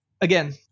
again